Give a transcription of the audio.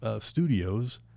studios